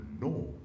no